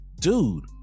dude